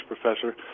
professor